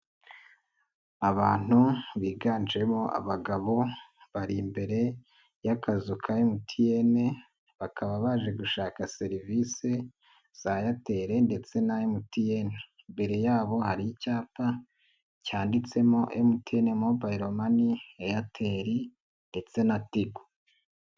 Abantu biganjemo abagabo, bari imbere y'akazu ka mtn, bakaba baje gushaka serivisi za airtel ndetse na mtn. Imbere yabo hari icyapa cyanditseho mtn mobile money, airtel ndetse na tigo.